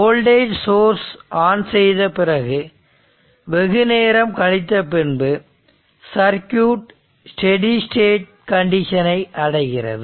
voltage source on செய்த பிறகு வெகு நேரம் கழித்த பின்பு சர்க்யூட் செடி ஸ்டெடி ஸ்டேட் கண்டிஷனை அடைகிறது